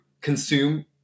consume